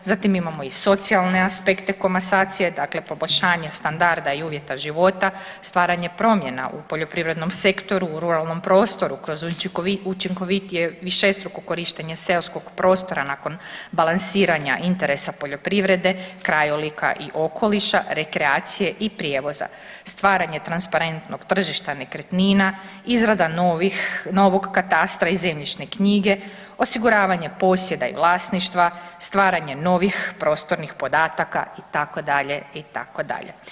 Zatim imamo i socijalne aspekte komasacije, dakle poboljšanje standarda i uvjeta života, stvaranje promjena u poljoprivrednom sektoru u ruralnom prostoru kroz učinkovitije višestruko korištenje seoskog prostora nakon balansiranja interesa poljoprivrede, krajolika i okoliša, rekreacije i prijevoza, stvaranje transparentnog tržišta nekretnina, izrada novih, novog katastra i zemljišne knjige, osiguravanje posjeda i vlasništva, stvaranje novih prostornih podataka itd., itd.